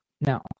no